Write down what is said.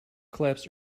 collapsed